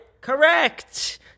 Correct